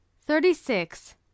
Thirty-Six